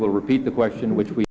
will repeat the question which we